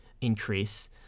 increase